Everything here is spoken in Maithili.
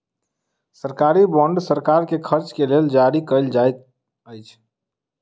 सरकारी बांड सरकार के खर्च के लेल जारी कयल जाइत अछि